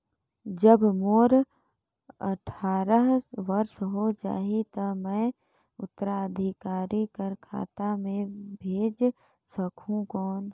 जब मोर अट्ठारह वर्ष हो जाहि ता मैं उत्तराधिकारी कर खाता मे भेज सकहुं कौन?